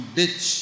ditch